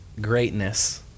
greatness